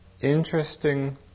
interesting